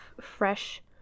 fresh